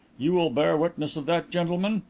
you will bear witness of that, gentlemen.